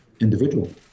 individual